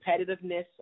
competitiveness